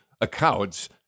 accounts